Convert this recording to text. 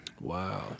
Wow